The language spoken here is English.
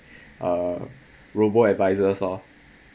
uh robo-advisors lor